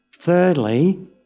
Thirdly